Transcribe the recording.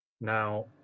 now